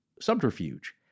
subterfuge